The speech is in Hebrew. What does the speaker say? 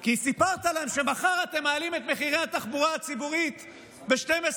כי סיפרת להם שמחר אתם מעלים את מחירי התחבורה הציבורית ב-12%,